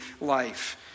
life